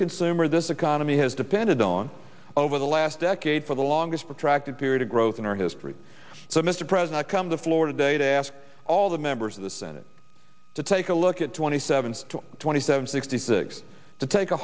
consumer this economy has depended on over the last decade for the longest protracted period of growth in our history so mr president come to florida day to ask all the members of the senate to take a look at twenty seven to twenty seven sixty six to take a